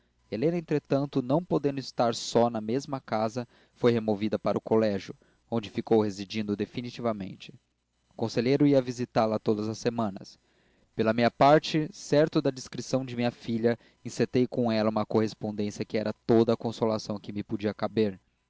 perdera helena entretanto não podendo estar só na mesma casa foi removida para o colégio onde ficou residindo definitivamente o conselheiro ia visitá-la todas as semanas pela minha parte certo da discrição de minha filha encetei com ela uma correspondência que era toda a consolação que me podia caber